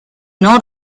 non